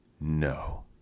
no